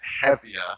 heavier